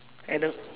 and the